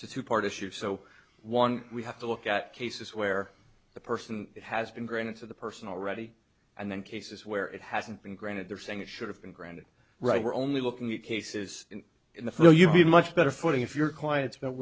two partitions so one we have to look at cases where the person has been granted to the person already and then cases where it hasn't been granted they're saying it should have been granted right we're only looking at cases in the full you'd be much better footing if your clients